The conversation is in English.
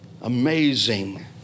Amazing